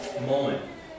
moment